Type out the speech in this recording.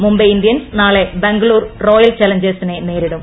Mumbai Indians നാളെ Bangalore Royal ചലഞ്ചേഴ്സിനെ നേരിടും